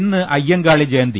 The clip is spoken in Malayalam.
ഇന്ന് അയ്യങ്കാളി ജയന്തി